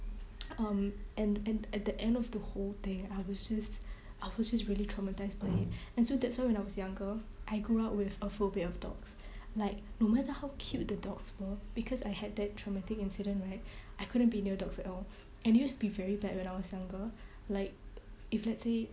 um and and at the end of the whole thing I was just I was just really traumatised by it and so that's why when I was younger I grew up with a phobia of dogs like no matter how cute the dogs were because I had that traumatic incident right I couldn't be near dogs at all and it used to be very bad when I was younger like if let's say